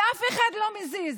לאף אחד לא מזיז,